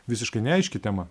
visiškai neaiški tema